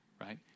right